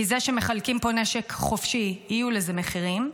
כי זה שמחלקים פה נשק חופשי יהיו לזה מחירים,